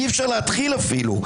אי-אפשר להתחיל אפילו.